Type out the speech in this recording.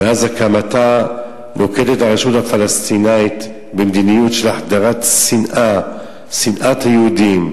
מאז הקמתה נוקטת הרשות הפלסטינית מדיניות של החדרת שנאת היהודים,